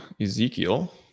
Ezekiel